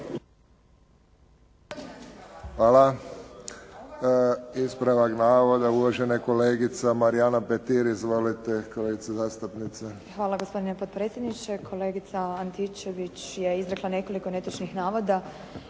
Hvala. Ispravak navoda uvažena kolegica Marijana Petir. Izvolite kolegice zastupnice. **Petir, Marijana (HSS)** Hvala gospodine potpredsjedniče. Kolegica Antičević je izrekla nekoliko netočnih navoda.